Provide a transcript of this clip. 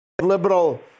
liberal